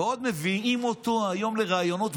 ועוד מביאים אותו היום לראיונות,